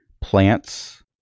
plants